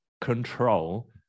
control